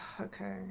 okay